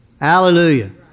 Hallelujah